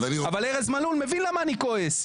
אבל ארז מלול מבין למה אני כועס.